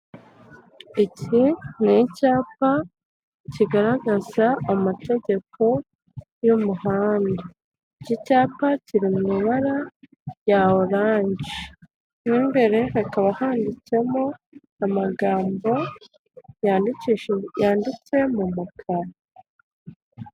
Iki ni icyapa kigaragaza amategeko y'umuhanda, iki cyapa kiri mu ibara ya orange mu imbere hakaba handitsemo amagambo yanditse mu mukara.